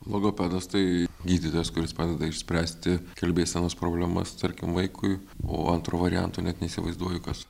logopedas tai gydytojas kuris padeda išspręsti kalbėsenos problemas tarkim vaikui o antru variantu net neįsivaizduoju kas